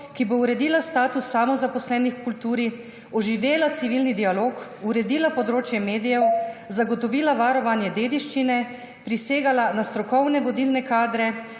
ki bo uredila status samozaposlenih v kulturi, oživela civilni dialog, uredila področje medijev, zagotovila varovanje dediščine, prisegala na strokovne vodilne kadre,